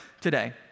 today